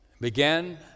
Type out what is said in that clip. began